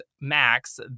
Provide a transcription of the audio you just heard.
Max